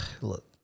look